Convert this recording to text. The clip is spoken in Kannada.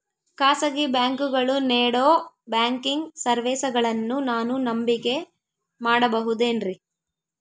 ಖಾಸಗಿ ಬ್ಯಾಂಕುಗಳು ನೇಡೋ ಬ್ಯಾಂಕಿಗ್ ಸರ್ವೇಸಗಳನ್ನು ನಾನು ನಂಬಿಕೆ ಮಾಡಬಹುದೇನ್ರಿ?